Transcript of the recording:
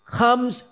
comes